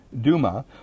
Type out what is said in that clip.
Duma